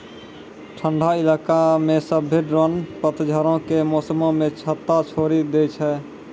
ठंडा इलाका मे सभ्भे ड्रोन पतझड़ो के मौसमो मे छत्ता छोड़ि दै छै